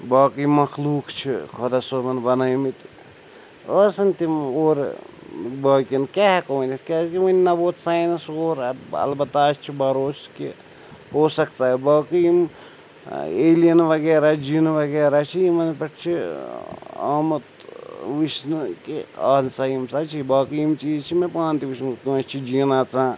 باقٕے مَخلوق چھِ خۄدا صٲبن بَنٲومٕتۍ آسَن تِم اورٕ باقیَن کیٛاہ ہیٚکو ؤنِتھ کیٛازِکہِ وُنہِ نَہ ووٗت ساینَس اور اَلبَتہ اسہِ چھِ بھَروسہٕ کہِ ہو سَکتا ہے باقٕے یِم ٲں ایلیَن وغیرہ جِن وَغیرہ چھِ یِمَن پٮ۪ٹھ چھِ ٲں آمُت ٲں وُچھنہٕ کہِ آہَن سا یِم ہسا چھِ باقٕے یِم چیٖز چھِ مےٚ پانہٕ تہِ وُچھمُت کٲنٛسہِ چھِ جِن اَژان